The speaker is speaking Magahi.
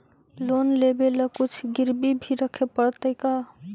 लोन लेबे ल कुछ गिरबी भी रखे पड़तै का?